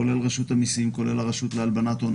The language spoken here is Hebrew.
כולל רשות המיסים, כולל הרשות לאיסור הלבנת הון.